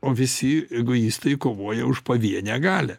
o visi egoistai kovoja už pavienę galią